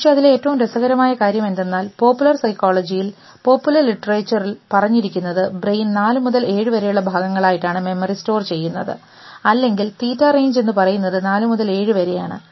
പക്ഷേ അതിലെ ഏറ്റവും രസകരമായ കാര്യം എന്തെന്നാൽ പോപ്പുലർ സൈക്കോളജിയിൽ പോപ്പുലർ ലിറ്ററേച്ചർ പറഞ്ഞിരിക്കുന്നത് ബ്രെയിൻ 4 മുതൽ 7 വരെയുള്ള ഭാഗങ്ങളായിട്ടാണ് മെമ്മറി സ്റ്റോർ ചെയ്യുന്നത് അല്ലെങ്കിൽ തീറ്റ റേഞ്ച് എന്ന് പറയുന്നത് 4 മുതൽ 7 വരെയാണ്